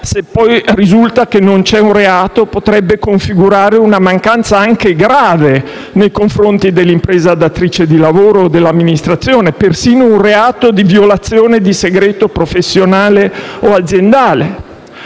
Se poi risulta che non c'è un reato, ciò potrebbe configurare una mancanza anche grave nei confronti dell'impresa datrice di lavoro o dell'amministrazione, persino un reato di violazione di segreto professionale o aziendale.